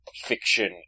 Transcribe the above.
fiction